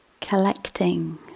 collecting